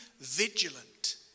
vigilant